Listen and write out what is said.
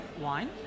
wine